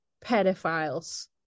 pedophiles